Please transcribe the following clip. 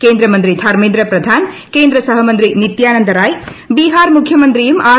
കേന്ദ്രമന്ത്രി ധർമ്മ്മൂന്ദ് പ്രധാൻ കേന്ദ്ര സഹമന്ത്രി നിത്യാനന്ദ റായ് ബീഹാർ മുഖ്യമന്ത്രിയ്ക്കും ആർ